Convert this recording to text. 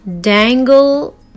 dangle